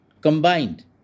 combined